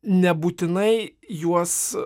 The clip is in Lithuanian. nebūtinai juos